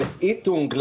לאיטונג,